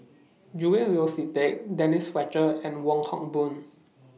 Julian Yeo See Teck Denise Fletcher and Wong Hock Boon